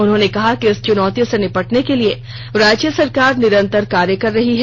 उन्होंने कहा कि इस चुनौती से निपटने के लिए राज्य सरकार निरंतर कार्य कर रही है